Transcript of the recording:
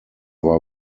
war